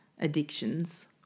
addictions